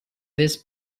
this